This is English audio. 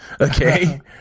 Okay